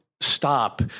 stop